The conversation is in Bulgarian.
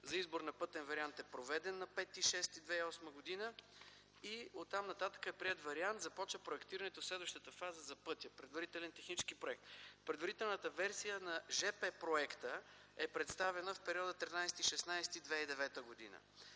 за избор на пътен вариант е проведен на 5 юни 2008 г. Оттам нататък е приет вариант. Започва проектирането в следващата фаза за пътя – предварителен технически проект. Предварителната версия на жп проекта е представена в периода 13-16 февруари